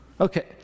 Okay